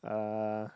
uh